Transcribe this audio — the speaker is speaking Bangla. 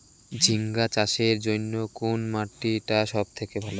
ঝিঙ্গা চাষের জইন্যে কুন মাটি টা সব থাকি ভালো?